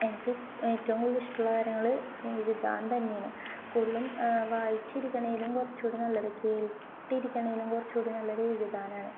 എനിക്ക് ഏറ്റവും കൂടുതല് ഇഷ്ടമുള്ള കാര്യം എഴുതാൻ തന്നെയാണ് കൂടുതലും വായിച്ചിരിക്കുന്നതിലും കുറച്ചുകൂടി നല്ലത് കേട്ടിരിക്കുന്നതിലും കുറച്ചുകൂടി നല്ലത് എഴുതാനാണ്